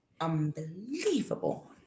unbelievable